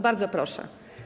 Bardzo proszę.